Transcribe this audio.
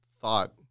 thought